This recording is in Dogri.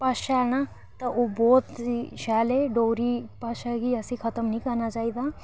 भाशा ऐ ना ओह् बहुत ई शैल ऐ डोगरी भाशा गी असें खत्म निं करना चाहिदा